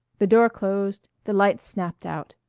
the door closed the lights snapped out